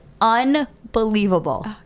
unbelievable